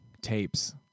tapes